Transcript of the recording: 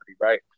right